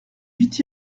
huit